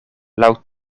laŭ